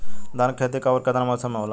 धान क खेती कब ओर कवना मौसम में होला?